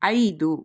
ಐದು